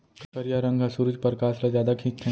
करिया रंग ह सुरूज परकास ल जादा खिंचथे